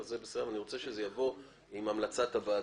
אבל אני רוצה שזה יבוא עם המלצת הוועדה.